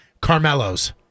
Carmelo's